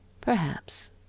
Perhaps